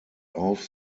auf